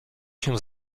się